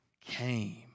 came